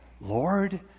Lord